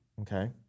Okay